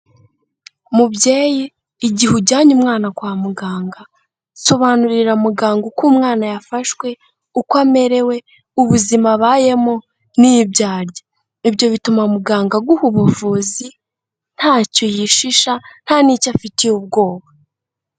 Mubyeyi igihe ujyanye umwana kwa muganga, sobanurira muganga uko umwana yafashwe uko amerewe ubuzima abayemo n'ibyo arya, ibyo bituma muganga aguha ubuvuzi ntacyo yishisha nta n'icyo afitiye ubwoba.